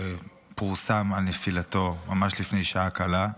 שפורסם על נפילתו ממש לפני שעה קלה.